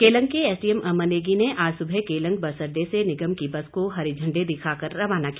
केलंग के एसडीएम अमर नेगी ने आज सुबह केलंग बस अड्डे से बस को हरी झंडी दिखाकर रवाना किया